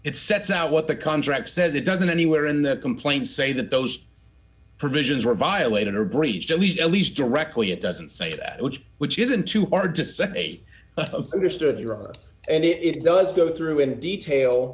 it sets out what the contract says it doesn't anywhere in that complaint say that those provisions were violated or breached at least at least directly it doesn't say that which which isn't too hard to say understood iran and if it does go through in detail